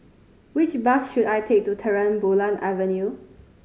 which bus should I take to Terang Bulan Avenue